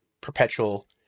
perpetual